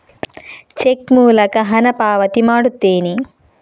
check ಮೂಲಕ ಹಣ ಪಾವತಿ ಮಾಡುತ್ತೇನೆ